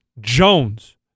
Jones